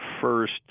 first